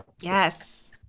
Yes